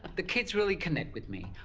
the kids really connect with me.